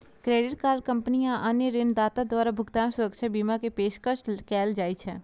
credit card company आ अन्य ऋणदाता द्वारा भुगतान सुरक्षा बीमा के पेशकश कैल जाइ छै